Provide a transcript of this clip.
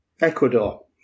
Ecuador